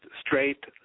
straight